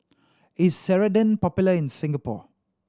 is Ceradan popular in Singapore